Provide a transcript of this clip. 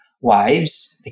wives